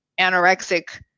anorexic